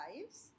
lives